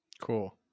Cool